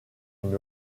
une